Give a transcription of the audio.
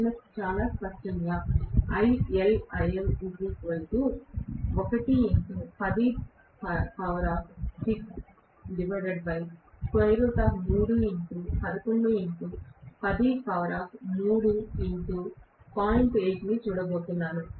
నేను చాలా స్పష్టంగా చూడబోతున్నాను